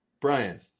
Brian